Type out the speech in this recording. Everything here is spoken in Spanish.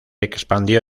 expandió